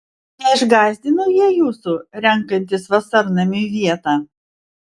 neišgąsdino jie jūsų renkantis vasarnamiui vietą